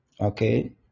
okay